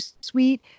sweet